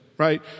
right